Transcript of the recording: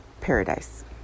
paradise